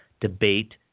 debate